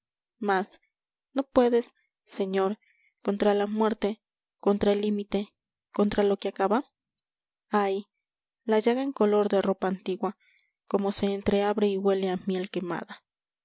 más no puedes señor contra la muerte contra el limite contra lo que acaba ay la llaga en color de ropa antigua cómo se entreabre y huele a miel quemada